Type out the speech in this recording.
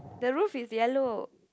the roof is yellow